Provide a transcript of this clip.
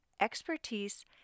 expertise